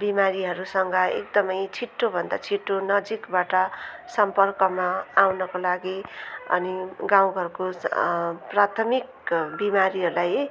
बिमारीहरूसँग एकदमै छिटोभन्दा छिटो नजिकबाट सम्पर्कमा आउनको लागि अनि गाउँघरको प्राथमिक बिमारीहरूलाई